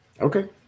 Okay